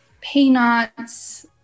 peanuts